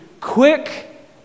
quick